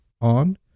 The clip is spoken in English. on